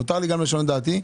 מותר לי לשנות את דעתי,